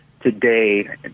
today